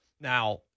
Now